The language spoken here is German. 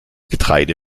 getreide